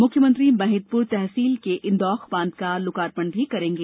मुख्यमंत्री महिदपुर तहसील के इन्दौख बांध का लोकार्पण भी करेंगे